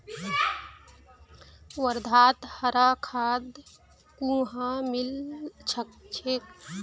वर्धात हरा खाद कुहाँ मिल छेक